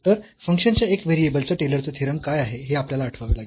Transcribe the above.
तर फंक्शनच्या एक व्हेरिएबलचा टेलरचा थेरम काय आहे हे आपल्याला आठवावे लागेल